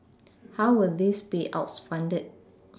how were these payouts funded